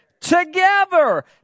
together